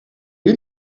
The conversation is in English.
you